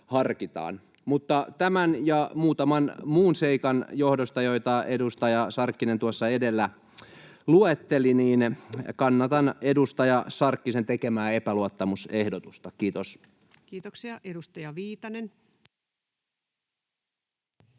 Tämän ja muutaman muun seikan johdosta, joita edustaja Sarkkinen tuossa edellä luetteli, kannatan edustaja Sarkkisen tekemää epäluottamusehdotusta. — Kiitos. Kiitoksia. — Edustaja Viitanen.